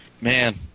Man